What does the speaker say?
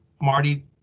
Marty